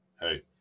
hey